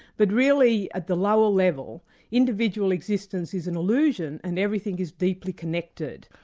but really at the lower level individual existence is an illusion and everything is deeply connected.